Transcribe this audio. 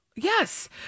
Yes